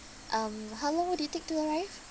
um how long would it take to arrive